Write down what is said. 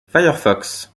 firefox